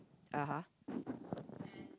(uh huh)